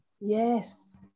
Yes